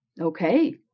Okay